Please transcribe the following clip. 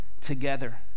together